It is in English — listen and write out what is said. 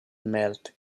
melt